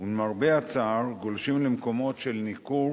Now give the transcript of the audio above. ולמרבה הצער גולשים למקומות של ניכור